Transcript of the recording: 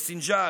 בסינג'יל